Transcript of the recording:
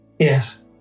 Yes